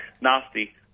nasty